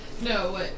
No